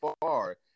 far